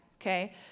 okay